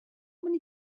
many